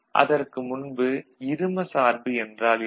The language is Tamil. அதற்கு முன்பு இரும சார்பு என்றால் என்ன